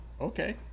okay